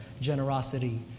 generosity